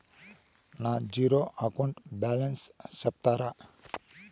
నా zero account balance సెప్తారా?